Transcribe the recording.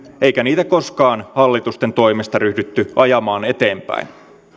eikä niitä koskaan hallitusten toimesta ryhdytty ajamaan eteenpäin